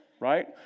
right